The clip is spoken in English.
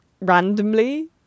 randomly